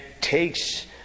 takes